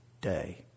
day